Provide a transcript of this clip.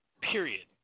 period